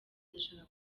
ndashaka